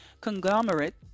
conglomerate